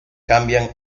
cambian